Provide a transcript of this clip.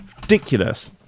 ridiculous